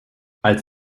als